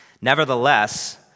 Nevertheless